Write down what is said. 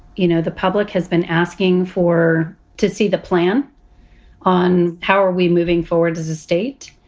you know, the public has been asking for to see the plan on how are we moving forward as a state.